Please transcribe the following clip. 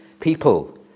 people